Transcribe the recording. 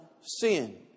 sin